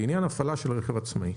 שייכתב: לעניין הפעלה של רכב עצמאי.